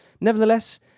Nevertheless